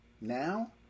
now